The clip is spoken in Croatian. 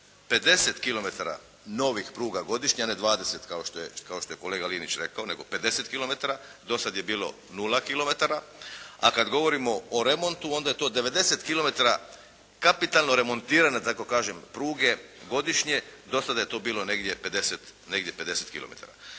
novih pruga godišnje, a ne 20 kao što je kolega Linić rekao nego 50 kilometara. Do sad je bilo 0 kilometara. A kad govorimo o remontu onda je to 90 kilometara kapitalno remontirane da tako kažem pruge godišnje. Do sada je to bilo negdje 50,